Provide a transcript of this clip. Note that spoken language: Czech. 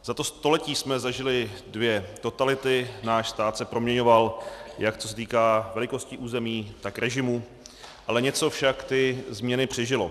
Za to století jsme zažili dvě totality, náš stát se proměňoval, jak co se týká velikosti území, tak režimu, něco však ty změny přežilo.